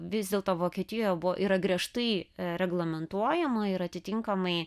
vis dėlto vokietijoje buvo yra griežtai reglamentuojama ir atitinkamai